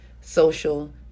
social